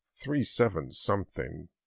three-seven-something